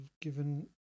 given